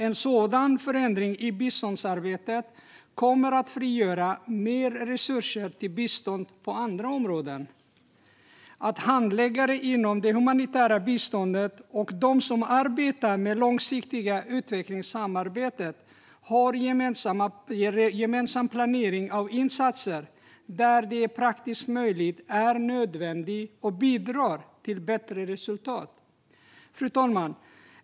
En sådan förändring i biståndsarbetet kommer att frigöra mer resurser till bistånd på andra områden. Att handläggare inom det humanitära biståndet och de som arbetar med det långsiktiga utvecklingsarbetet har gemensam planering av insatser där det är praktisk möjligt är nödvändigt och bidrar till bättre resultat. Fru talman!